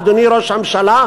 אדוני ראש הממשלה,